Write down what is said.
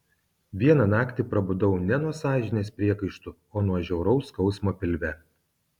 vieną naktį prabudau ne nuo sąžinės priekaištų o nuo žiauraus skausmo pilve